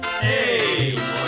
Hey